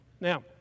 Now